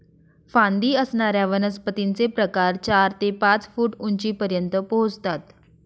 फांदी असणाऱ्या वनस्पतींचे प्रकार चार ते पाच फूट उंचीपर्यंत पोहोचतात